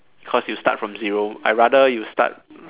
cause you start from zero I rather you start